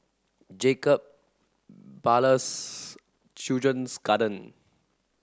Jacob Ballas Children's Garden